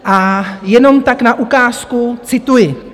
A jenom tak na ukázku, cituji: